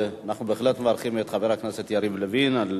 אנחנו בהחלט מברכים את חבר הכנסת יריב לוין על